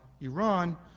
Iran